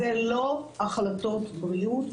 אלו לא החלטות בריאות,